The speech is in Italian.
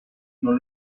non